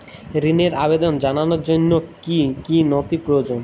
ঋনের আবেদন জানানোর জন্য কী কী নথি প্রয়োজন?